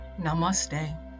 Namaste